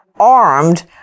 armed